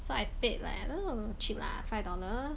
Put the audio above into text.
so I paid like cheap lah five dollar